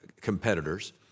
competitors